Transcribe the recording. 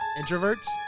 introverts